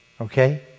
Okay